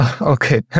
Okay